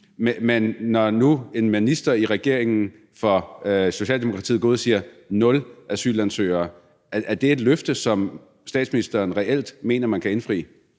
men når nu en minister i regeringen fra Socialdemokratiet går ud og siger nul asylansøgere, er det så et løfte, som statsministeren reelt mener at man kan indfri?